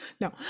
No